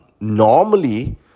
normally